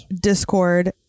discord